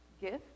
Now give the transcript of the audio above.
gift